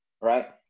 right